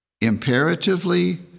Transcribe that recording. imperatively